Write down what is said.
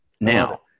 Now